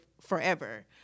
forever